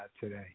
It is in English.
today